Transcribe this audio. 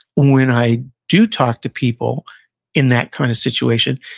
when i do talk to people in that kind of situation,